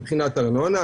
מבחינת ארנונה,